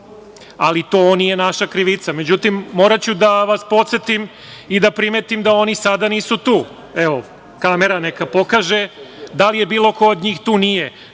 ali to nije naša krivica. Međutim, moraću da vas podsetim i da primetim da oni sada nisu tu. Evo, kamera neka pokaže da li je bilo kod od njih? Nije.